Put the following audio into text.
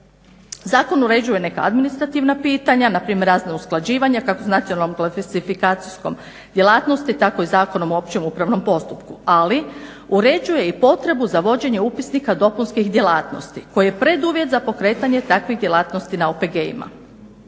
Zakon uređuje neka administrativna pitanja, na primjer razna usklađivanja kako s nacionalnom klasifikacijskom djelatnosti tako i Zakonom o općem upravnom postupku, ali uređuje i potrebu za vođenje upisnika dopunskih djelatnosti koji je preduvjet za pokretanje takvih djelatnosti na OPG-ima,